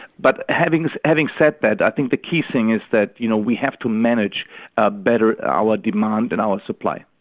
but having having said that i think the key thing is that you know we have to manage ah better our demand and our supply.